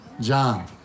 John